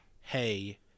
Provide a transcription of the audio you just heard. hey